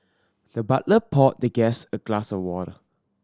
the butler poured the guest a glass of water